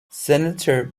senator